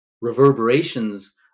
reverberations